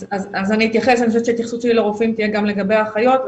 אז אני אתייחס ואני חושבת שההתייחסות שלי לרופאים תהיה גם לגבי אחיות,